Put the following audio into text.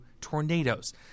tornadoes